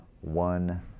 one